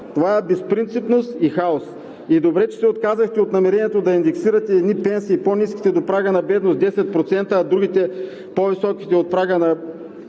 Това е безпринципност и хаос. И добре, че се отказахте от намерението да индексирате едни пенсии – по-ниските до прага на бедност, с 10%, а другите – по-високите от прага на бедност,